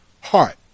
Heart